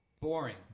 Boring